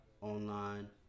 online